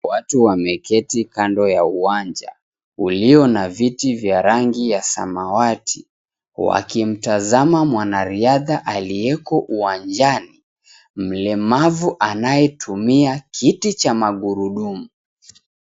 Watu wameketi kando ya uwanja, uliyo na viti za rangi ya samawati wakimtazama mwanariadha aliyeko uwanjani, mlemavu anayetumia kiti cha magurudumu.